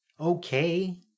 okay